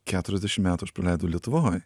keturiasdešim metų aš praleidau lietuvoj